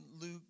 Luke